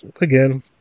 again